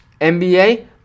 NBA